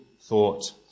thought